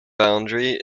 boundary